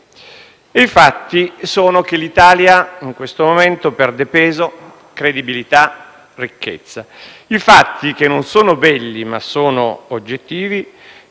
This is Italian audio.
i fatti sono che l'Italia in questo momento perde peso, credibilità, ricchezza. I fatti, che non sono belli, ma sono oggettivi,